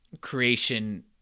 creation